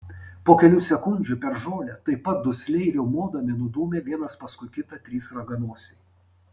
po kelių sekundžių per žolę taip pat dusliai riaumodami nudūmė vienas paskui kitą trys raganosiai